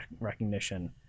recognition